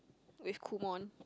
with kumon